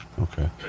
Okay